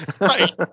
Right